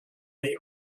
they